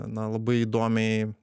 na labai įdomiai